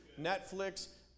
Netflix